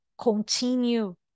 continue